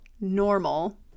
normal